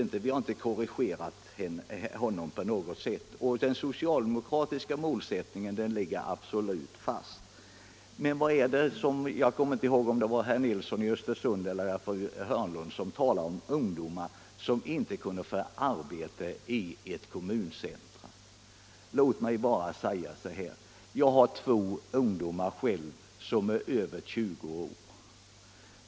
Nej, vi har inte korrigerat honom på något sätt, och den socialdemokratiska målsättningen ligger absolut fast. Jag kommer inte ihåg om det var herr Nilsson i Östersund eller fru Hörnlund som talade om ungdomar som inte kunde få arbete i ett kommuncentrum. Låt mig bara säga: Jag har själv två ungdomar, som är över tjugo år.